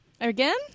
Again